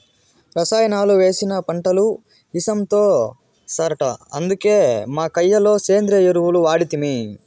రసాయనాలు వేసిన పంటలు ఇసంతో సరట అందుకే మా కయ్య లో సేంద్రియ ఎరువులు వాడితిమి